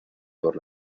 por